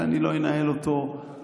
שאני לא אנהל אותו כרגע,